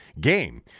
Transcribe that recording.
game